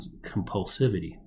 compulsivity